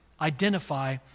identify